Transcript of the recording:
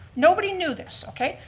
nobody knew this, okay?